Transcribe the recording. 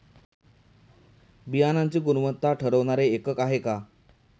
बियाणांची गुणवत्ता ठरवणारे एकक आहे का?